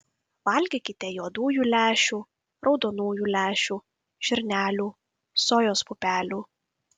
valgykite juodųjų lęšių raudonųjų lęšių žirnelių sojos pupelių